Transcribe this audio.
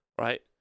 right